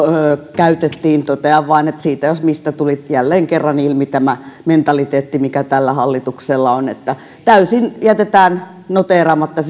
käytettiin totean vain että siitä jos mistä tuli jälleen kerran ilmi tämä mentaliteetti mikä tällä hallituksella on täysin jätetään noteeraamatta